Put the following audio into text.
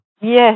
Yes